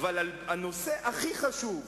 אבל על הנושא הכי חשוב,